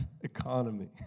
economy